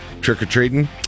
trick-or-treating